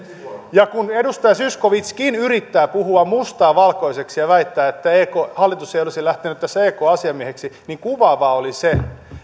ja kun edustaja zyskowiczkin yrittää puhua mustaa valkoiseksi ja väittää että hallitus ei olisi lähtenyt tässä ekn asiamieheksi niin kuvaavaa oli se